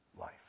life